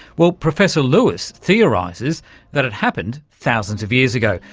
well, professor lewis theorises that it happened thousands of years ago,